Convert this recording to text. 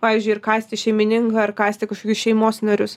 pavyzdžiui ir kąsti šeimininką ar kąsti kažkokius šeimos narius